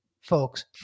folks